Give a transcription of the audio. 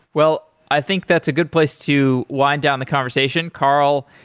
well, i think that's a good place to wind down the conversation. carl,